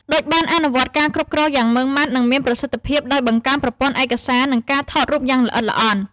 ឌុចបានអនុវត្តការគ្រប់គ្រងយ៉ាងម៉ឺងម៉ាត់ និងមានប្រសិទ្ធភាព ដោយបង្កើតប្រព័ន្ធឯកសារ និងការថតរូបយ៉ាងល្អិតល្អន់។